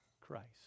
Christ